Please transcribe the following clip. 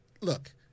Look